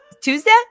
Tuesday